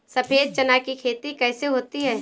सफेद चना की खेती कैसे होती है?